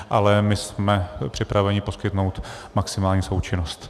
Ale my jsme připraveni poskytnout maximální součinnost.